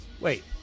wait